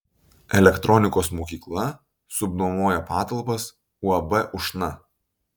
elektronikos mokykla subnuomoja patalpas uab ušna